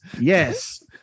Yes